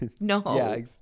No